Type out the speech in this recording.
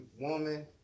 woman